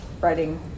writing